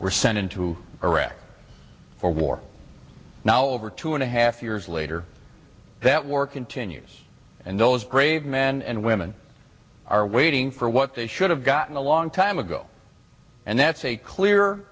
were sent into iraq for war now over two and a half years later that war continues and those brave men and women are waiting for what they should have gotten a long time ago and that's a clear